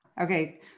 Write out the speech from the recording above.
okay